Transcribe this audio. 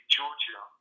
Georgia